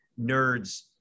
nerds